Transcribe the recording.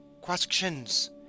questions